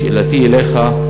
שאלתי אליך: